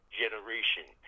generation